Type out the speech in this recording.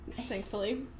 Thankfully